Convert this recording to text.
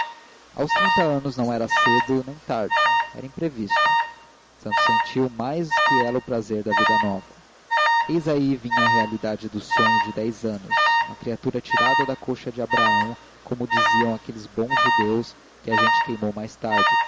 aos trinta anos não era cedo nem tarde era imprevisto santos sentiu mais que ela o prazer da vida nova eis aí vinha a realidade do sonho de dez anos uma criatura tirada da coxa de abraão como diziam aqueles bons judeus que a gente queimou mais tarde